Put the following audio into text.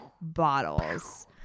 bottles